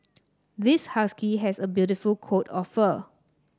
this husky has a beautiful coat of fur